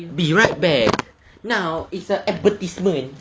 be right back now is a advertisement